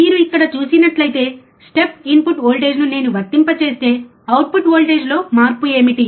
కాబట్టి మీరు ఇక్కడ చూసినట్లయితే స్టెప్ ఇన్పుట్ వోల్టేజ్ను నేను వర్తింపజేస్తే అవుట్పుట్ వోల్టేజ్లో మార్పు ఏమిటి